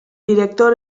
director